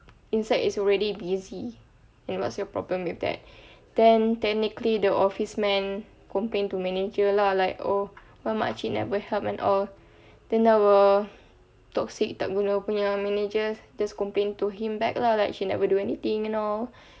inside is already busy and what's your problem with that then technically the office man complain to manager lah like oh why makcik never help and all then our toxic tak guna punya manager just complain to him back lah like she never do anything you know